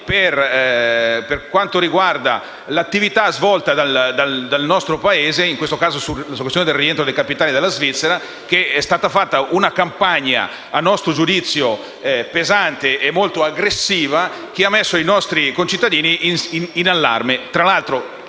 preoccupati per l'attività svolta dal nostro Paese, in questo caso sulla questione del rientro dei capitali dalla Svizzera, per cui è stata condotta una campagna, a nostro giudizio, pesante e molto aggressiva, che ha messo i nostri concittadini in allarme.